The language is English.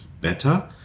better